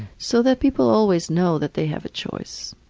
so that people always know that they have a choice.